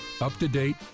up-to-date